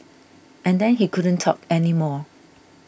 and then he couldn't talk anymore